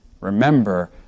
Remember